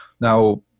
Now